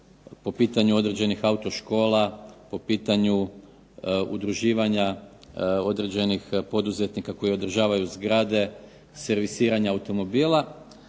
po pitanju određenih auto-škola, po pitanju udruživanja određenih poduzetnika koji održavaju zgrade servisiranja automobila